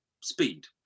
speed